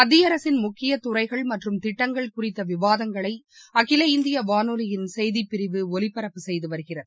மத்தியஅரசின் முக்கியத்துறைகள் மற்றும் திட்டங்கள் குறித்தவிவாதங்களைஅகில இந்தியவானொலியின் செய்திப்பிரிவு ஒலிபரப்பு செய்துவருகிறது